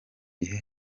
gihe